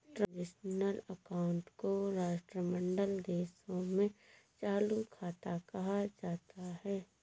transitional account को राष्ट्रमंडल देशों में चालू खाता कहा जाता है